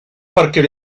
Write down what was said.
parker